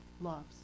loves